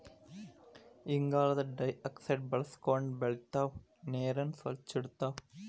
ಇಂಗಾಲದ ಡೈಆಕ್ಸೈಡ್ ಬಳಸಕೊಂಡ ಬೆಳಿತಾವ ನೇರನ್ನ ಸ್ವಚ್ಛ ಇಡತಾವ